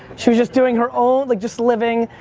she was just doing her own, like just living.